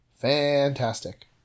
fantastic